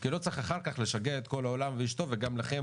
כי לא צריך אחר כך לשגע את כל העולם ואשתו וגם לכם